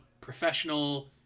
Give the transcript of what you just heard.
professional